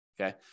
Okay